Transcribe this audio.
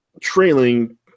trailing